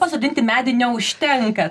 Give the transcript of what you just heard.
pasodinti medį neužtenka